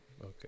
Okay